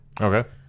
Okay